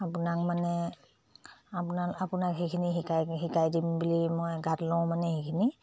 আপোনাক মানে আপোনাক আপোনাক সেইখিনি শিকাই শিকাই দিম বুলি মই গাত লওঁ মানে সেইখিনি